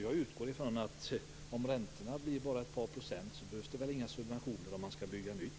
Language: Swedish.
Jag utgår ifrån att om räntorna blir bara ett par procent behövs det inga subventioner om man skall bygga nytt.